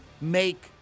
make